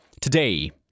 today